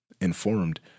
informed